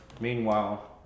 Meanwhile